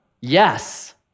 Yes